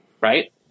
right